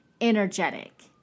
energetic